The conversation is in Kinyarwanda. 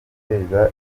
guteza